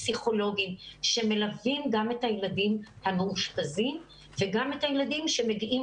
פסיכולוגים שמלווים גם את הילדים המאושפזים וגם את הילדים שמגיעים